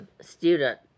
student